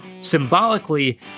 Symbolically